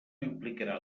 implicarà